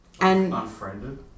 Unfriended